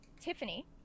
Tiffany